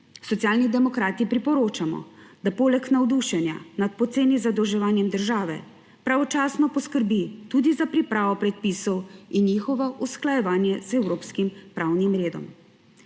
Socialni demokrati priporočamo, da poleg navdušenja nad poceni zadolževanjem države pravočasno poskrbi tudi za pripravo predpisov in njihovo usklajevanje z evropskim pravnim redom.